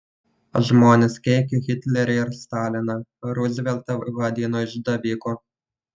žmonės keikė hitlerį ir staliną ruzveltą vadino išdaviku